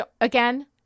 again